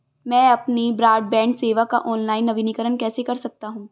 मैं अपनी ब्रॉडबैंड सेवा का ऑनलाइन नवीनीकरण कैसे कर सकता हूं?